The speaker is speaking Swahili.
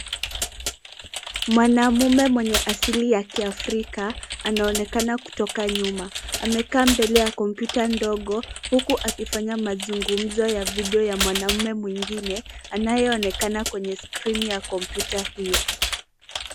Mwanamume mwenye asili ya kiafrika anaonekana kutoka nyuma amekaa mbele ya kompyuta ndogo uku akifanya mazungumzo ya video na mwanamume mwingine anayeonekana kwenye skrini ya kompyuta hio.